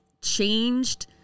changed